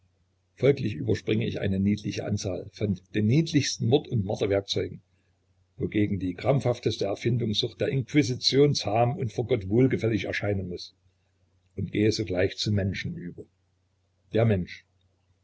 folglich überspringe ich eine niedliche anzahl von den niedlichsten mord und marterwerkzeugen wogegen die krampfhafteste erfindungssucht der inquisition zahm und vor gott wohlgefällig erscheinen muß und gehe sogleich zum menschen über der mensch